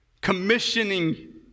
commissioning